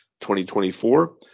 2024